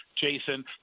Jason